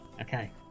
okay